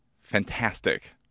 fantastic